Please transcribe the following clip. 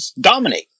Dominate